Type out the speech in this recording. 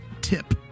tip